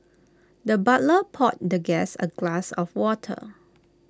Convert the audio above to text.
the butler poured the guest A glass of water